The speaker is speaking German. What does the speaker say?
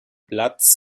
platz